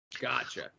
Gotcha